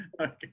Okay